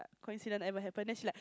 coincidence ever happen then she like